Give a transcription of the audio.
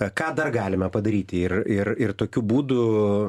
ką dar galime padaryti ir ir ir tokių būdų